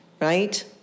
Right